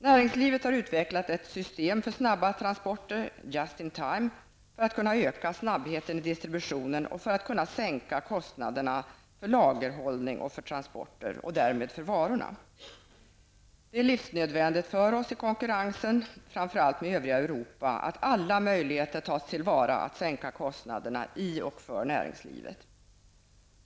Näringslivet har utvecklat ett system för snabba transporter, just-in-time, för att kunna öka snabbheten i distributionen och för att kunna sänka kostnaderna för lagerhållning och transporter och därmed också för varor. Det är livsnödvändigt för oss i konkurrensen med framför allt övriga Europa att alla möjligheter tas till vara att sänka kostnaderna i och för näringslivet.